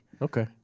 Okay